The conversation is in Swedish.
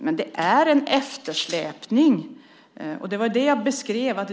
Men det är en eftersläpning, och det var det jag beskrev.